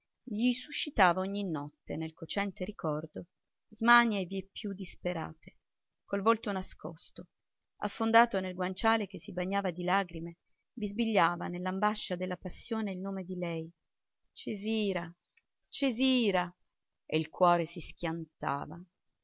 gli suscitava ogni notte nel cocente ricordo smanie vieppiù disperate col volto nascosto affondato nel guanciale che si bagnava di lagrime bisbigliava nell'ambascia della passione il nome di lei cesira cesira e il cuore gli si schiantava